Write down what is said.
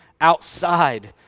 outside